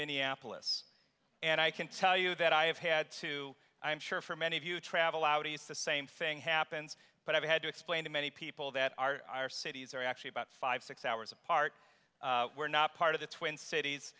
minneapolis and i can tell you that i have had to i'm sure for many of you travel out it's the same thing happens but i've had to explain to many people that are our cities are actually about five six hours apart we're not part of the twin cities